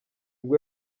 bwo